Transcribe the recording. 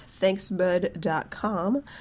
thanksbud.com